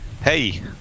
Hey